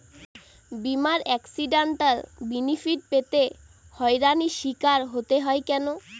বিমার accidental benefit পেতে হয়রানির স্বীকার হতে হয় কেন?